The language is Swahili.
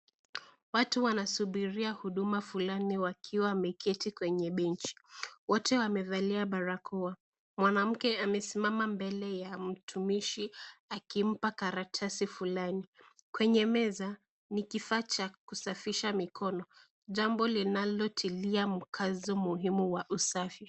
Watu wanasubiria huduma fulani wakiwa wameketi kwenye benchi. Wote wamevalia baraoa. Mwanamke amesimama mbele ya mtumishi akimpa karatasi fulani. Kwenye meza ni kifaa cha kusafisha mikono jambao linalotilia mkazo muhimu wa usafi.